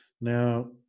Now